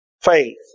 Faith